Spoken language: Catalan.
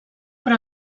però